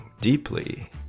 deeply